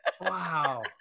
wow